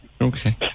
okay